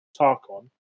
Tarkon